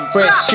Fresh